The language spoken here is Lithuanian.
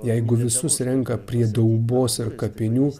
jeigu visus renka prie daubos ar kapinių